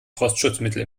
frostschutzmittel